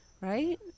right